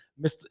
mr